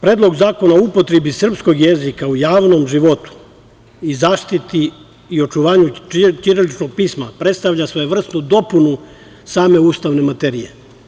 Predlog zakona o upotrebi srpskog jezika u javnom životu i zaštiti i očuvanju ćiriličnog pisma predstavlja svojevrsnu dopunu same ustavne materije.